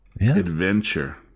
Adventure